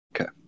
Okay